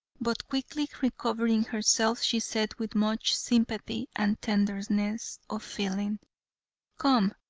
but quickly recovering herself, she said with much sympathy and tenderness of feeling come,